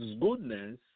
goodness